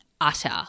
utter